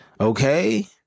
Okay